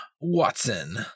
Watson